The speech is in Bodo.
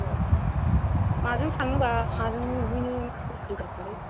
औ माजों थांनोबाल माजों नुहोनो